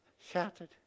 Shouted